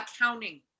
accounting